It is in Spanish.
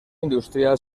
industrial